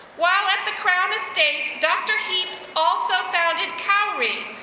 while at the crown estate, dr. heaps also founded cowrie,